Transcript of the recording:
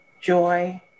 joy